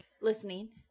listening